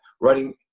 writing